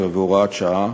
19 והוראת שעה),